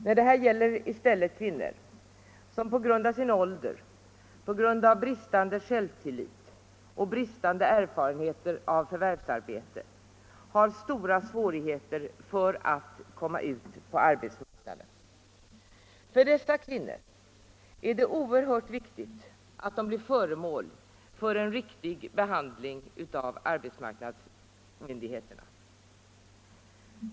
Nej, det gäller i stället kvinnor som på grund av sin ålder, på grund av bristande självtillit och bristande erfarenhet av förvärvsarbete har stora svårigheter att komma ut på arbetsmarknaden. För dessa kvinnor är det oerhört viktigt att de blir föremål för en riktig behandling av arbetsmarknadsmyndigheterna.